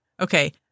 Okay